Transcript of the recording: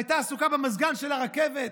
והייתה עסוקה במזגן של הרכבת,